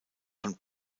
vom